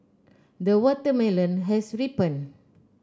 the watermelon has ripened